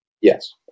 yes